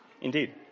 Indeed